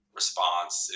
response